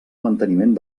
manteniment